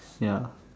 ya